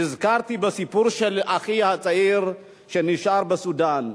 נזכרתי בסיפור של אחי הצעיר שנשאר בסודן.